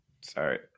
Sorry